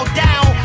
down